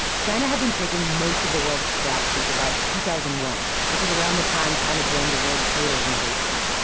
china had been taking most of the world's scrap since about two thousand and one, which is around the time china joined the world trade organization.